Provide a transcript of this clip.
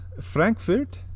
Frankfurt